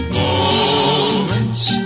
moments